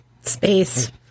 space